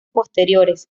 posteriores